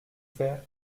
faire